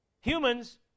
humans